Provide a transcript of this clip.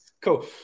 Cool